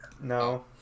No